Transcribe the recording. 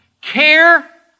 Care